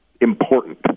important